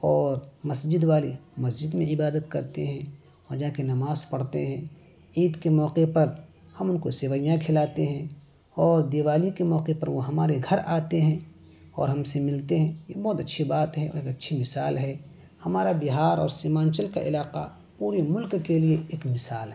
اور مسجد والے مسجد میں عبادت کرتے ہیں وہاں جا کے نماز پڑھتے ہیں عید کے موقع پر ہم ان کو سویاں کھلاتے ہیں اور دیوالی کے موقع پر وہ ہمارے گھر آتے ہیں اور ہم سے ملتے ہیں یہ بہت اچھی بات ہے اور ایک اچھی مثال ہے ہمارا بہار اور سیمانچل کا علاقہ پورے ملک کے لیے ایک مثال ہے